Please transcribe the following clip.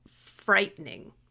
frightening